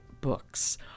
books